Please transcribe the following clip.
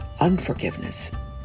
unforgiveness